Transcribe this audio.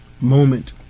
moment